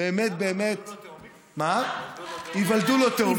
באמת, נולדו לו תאומים?